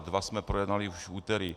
Dva jsme projednali už v úterý.